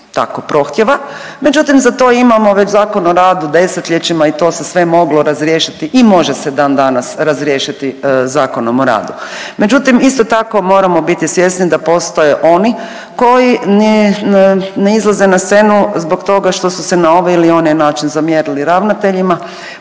tako prohtjeva. Međutim, za to već imamo već Zakon o radu desetljećima i to se sve moglo razriješiti i može se dan danas razriješiti Zakonom o radu. Međutim, isto tako moramo biti svjesni da postoje oni koji ne izlaze na scenu zbog toga što su se na ovaj ili onaj način zamjerili ravnateljima